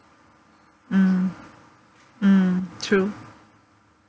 mm mm true